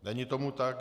Není tomu tak.